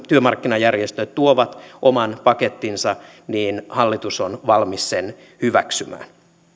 työmarkkinajärjestöt tuovat oman pakettinsa niin hallitus on valmis sen hyväksymään